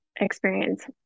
experience